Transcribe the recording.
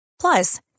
Plus